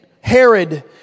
Herod